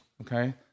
okay